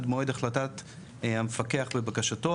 עד מועד בקשת המפקח ובקשתו,